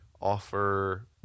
offer